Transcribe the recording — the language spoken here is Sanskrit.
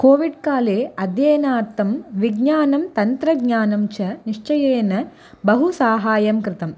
कोविड्काले अध्ययनार्थं विज्ञानं तन्त्रज्ञानं च निश्चयेन बहु साहायं कृतम्